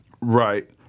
Right